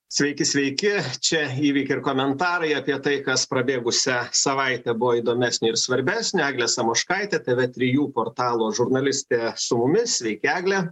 sveiki sveiki čia įvykiai ir komentarai apie tai kas prabėgusią savaitę buvo įdomesnio ir svarbesnio eglė samoškaitė tv trijų portalo žurnalistė su mumis sveiki egle